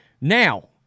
Now